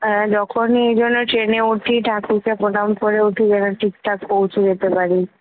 হ্যাঁ যখনই এজন্য ট্রেনে উঠি ঠাকুরকে প্রনাম করে উঠি যেন ঠিকঠাক পৌঁছে যেতে পারি